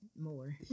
more